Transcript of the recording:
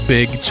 Big